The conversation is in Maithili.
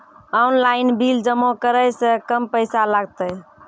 ऑनलाइन बिल जमा करै से कम पैसा लागतै?